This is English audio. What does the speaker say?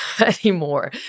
anymore